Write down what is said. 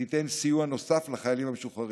שתיתן סיוע נוסף לחיילים המשוחררים,